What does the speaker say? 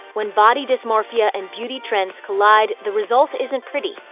when body dysmorphia and beauty trends collide the result isn't pretty,